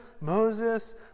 Moses